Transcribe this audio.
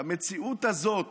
והמציאות הזאת